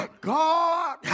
God